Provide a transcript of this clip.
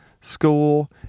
school